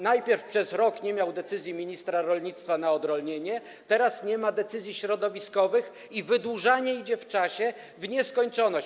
Najpierw przez rok nie miał decyzji ministra rolnictwa o odrolnieniu, teraz nie ma decyzji środowiskowych i wydłużanie idzie w czasie - w nieskończoność.